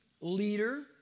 leader